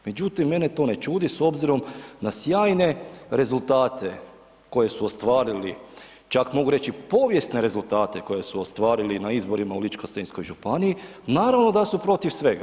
Međutim, mene to ne čudi s obzirom na sjajne rezultate koje su ostvarili, čak mogu reći povijesne rezultate koji su ostvarili na izborima u ličko-senjskoj županiji, naravno, da su protiv svega.